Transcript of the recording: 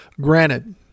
Granted